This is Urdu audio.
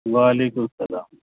و علیکم السلام